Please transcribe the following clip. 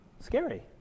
Scary